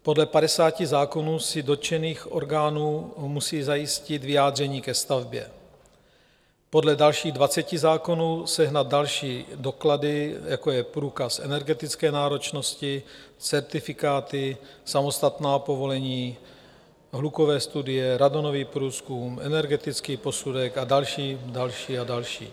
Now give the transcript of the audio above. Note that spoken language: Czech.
Podle 50 zákonů si u dotčených orgánů musí zajistit vyjádření ke stavbě, podle dalších 20 zákonů sehnat další doklady, jako je průkaz energetické náročnosti, certifikáty, samostatná povolení, hlukové studie, radonový průzkum, energetický posudek a další a další.